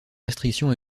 restriction